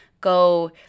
go